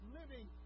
living